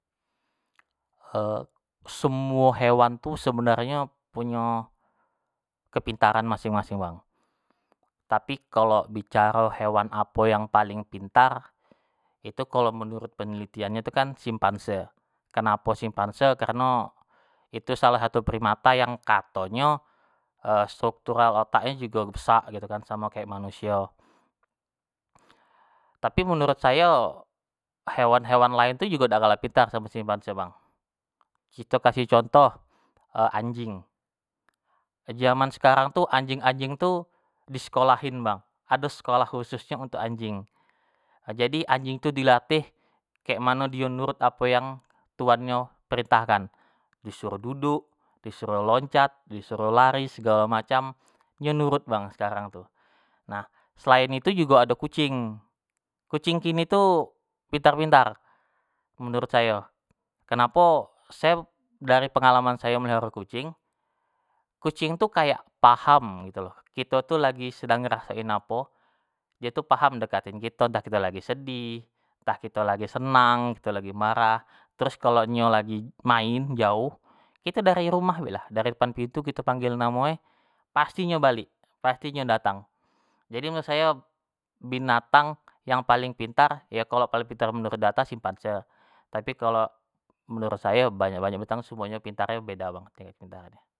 semuo hewan tu sebenarnyo punyo kepintaran masing-masing bang, tapi kalo bicaro hewan apo yang paling pintar itu kalo menurut penlitiannyo itu kan simpanse, kenapo simpanse kareno itu salah satu primata yang katonyo structural otaknyo jugo besak samo kek manusio, tapi menurut sayo hewan-hewan lain tu dak kalah pintar samo simpanse bang, kito kasih contoh anjing, jaman sekarang tu anjing-anjing tu di sekolahin bang, ado sekolah khususnyo untuk anjing, jadi anjing tu dilatih kek mano dio nurut apo yang tuannyo perintahkan, disuruh duduk, disuruh loncat disuruh lari segalo macam nyo nurut bang sekarang tu, nah selain itu jugo ado kucing. kucing kini tu pintar-pintar menurut sayo, kenapo sayo dari pengalaman ayo meliharo kucing, kucing tu kayak paham gitu lo kito itu lagi sedang ngerasoi apo dio tu paham ngedekati kito entah kito tu lagi sedih. entah kito lagi senang kito lagi marah, terus kalau nyo lagi main jauh kito dari rumah baelah dari depan pintu kito panggil namo e pasti nyo balik, pasti nyo datang, jadi menurut ayo binatang yang paling pintar, yo kalo paling pintar menurut data simpanse, tapi kalo menurut sayo banyak banyak binatang semunyo pintarnyo beda bang untuk sementaro ini.